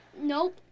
Nope